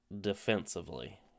defensively